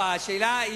השאלה היא,